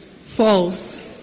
False